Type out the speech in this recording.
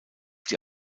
die